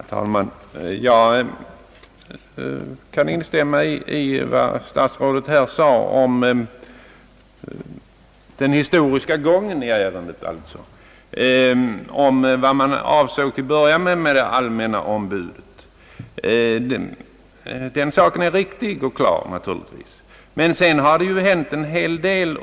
Herr talman! Jag kan instämma i vad herr statsrådet framhöll beträffande den historiska gången i ärendet, d.v.s. vad man ursprungligen avsåg med det allmänna ombudet. Den saken är naturligtvis klar, men därefter har det ju hänt en del.